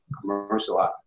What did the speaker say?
commercial